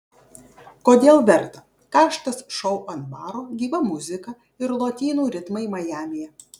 kodėl verta karštas šou ant baro gyva muzika ir lotynų ritmai majamyje